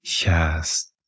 Yes